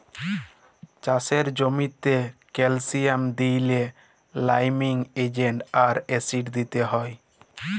চাষের জ্যামিতে ক্যালসিয়াম দিইলে লাইমিং এজেন্ট আর অ্যাসিড দিতে হ্যয়